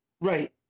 Right